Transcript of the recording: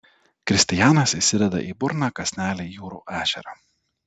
kristijanas įsideda į burną kąsnelį jūrų ešerio